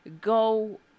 go